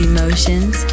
Emotions